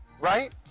right